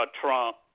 Trump